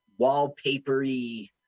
wallpapery